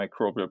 microbial